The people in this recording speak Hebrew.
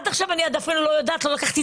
אנחנו נמצא את